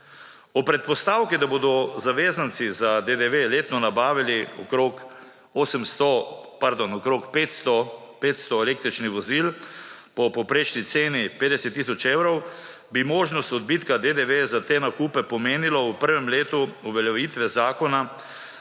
Ob predpostavki, da bodo zavezanci za DDV letno nabavili okrog 500 električnih vozil po povprečni ceni 50 tisoč evrov bi možnost odbitka DDV za te nakupe pomenilo v prvem letu uveljavitve zakona